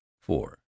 four